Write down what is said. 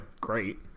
great